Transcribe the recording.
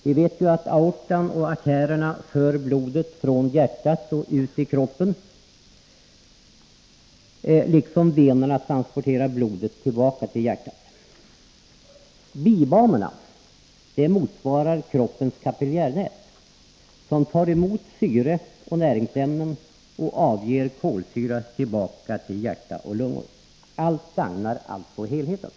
Vi vet ju att aortan och artärerna för blodet från hjärtat ut i kroppen och att venerna transporterar blodet tillbaka till hjärtat. Bibanorna motsvarar kroppens kapillärnät, som tar emot syre och näringsämnen och avger kolsyra som förs tillbaka till hjärta och lungor. Allt gagnar alltså helheten.